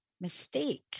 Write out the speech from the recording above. mistake